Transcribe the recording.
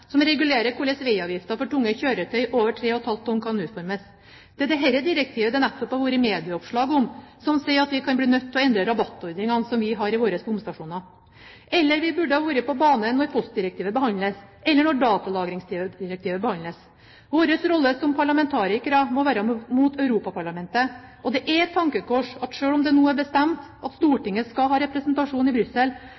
som regulerer hvordan veiavgifter for tunge kjøretøy på over 3,5 tonn kan utformes – det er dette direktivet det nettopp har vært medieoppslag om, som sier at vi kan bli nødt til å endre rabattordningene som vi har i våre bomstasjoner – eller vi burde være på banen når postdirektivet behandles, eller når datalagringsdirektivet behandles. Vår rolle som parlamentarikere må være mot Europaparlamentet. Det er et tankekors at selv om det nå er bestemt at